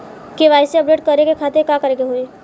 KYC update करे के खातिर का करे के होई?